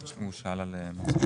ביקשתי מהם,